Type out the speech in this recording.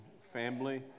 family